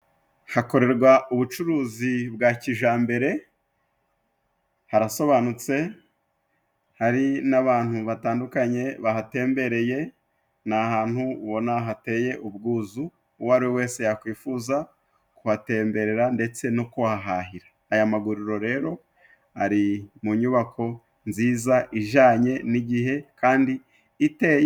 Hakorerwa ubucuruzi bwa kijambere, harasobanutse, hari n'abantu batandukanye bahatembereye. Ni ahantu ubona hateye ubwuzu, uwo ari we wese yakwifuza kuhatemberera, ndetse no kuhahahira. Aya maguriro rero ari mu nyubako nziza ijanye n'igihe kandi iteye...